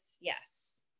yes